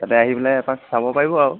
তাতে আহি পিনে এপাক চাব পাৰিব আৰু